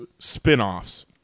spinoffs